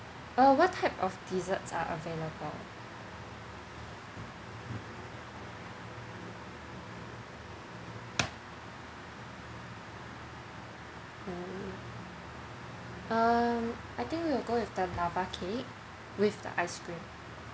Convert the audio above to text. err what type of desserts are available mm um I think we'll go with the lava cake with the ice cream